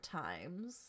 times